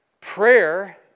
Prayer